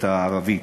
הערבית,